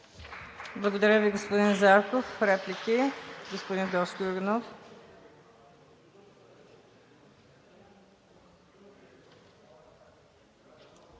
Благодаря Ви, господин Зарков. Реплики? Господин Тошко Йорданов.